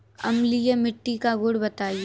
अम्लीय मिट्टी का गुण बताइये